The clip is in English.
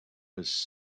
was